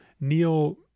Neil